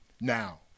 Now